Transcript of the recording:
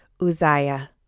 Uzziah